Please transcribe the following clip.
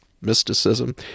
mysticism